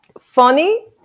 funny